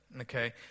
Okay